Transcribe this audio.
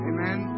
Amen